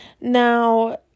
Now